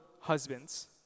husbands